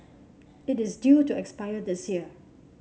it is due to expire this year